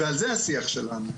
ועל זה השיח שלנו.